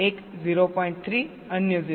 3 અન્ય 0